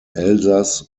elsass